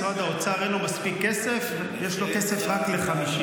משרד האוצר, אין לו מספיק כסף, יש לו כסף רק ל-50.